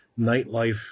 nightlife